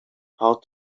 how